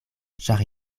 ĉar